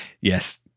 yes